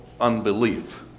unbelief